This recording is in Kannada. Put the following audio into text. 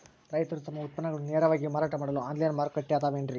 ರೈತರು ತಮ್ಮ ಉತ್ಪನ್ನಗಳನ್ನ ನೇರವಾಗಿ ಮಾರಾಟ ಮಾಡಲು ಆನ್ಲೈನ್ ಮಾರುಕಟ್ಟೆ ಅದವೇನ್ರಿ?